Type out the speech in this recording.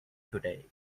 today